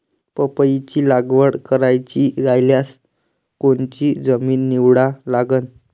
पपईची लागवड करायची रायल्यास कोनची जमीन निवडा लागन?